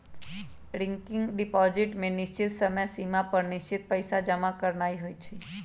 recurring deposit में निश्चित समय सिमा पर निश्चित पइसा जमा करानाइ होइ छइ